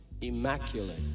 immaculate